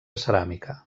ceràmica